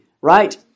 right